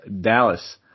Dallas